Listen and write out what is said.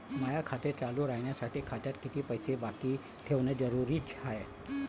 माय खातं चालू राहासाठी खात्यात कितीक पैसे बाकी ठेवणं जरुरीच हाय?